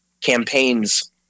campaigns